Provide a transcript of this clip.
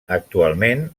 actualment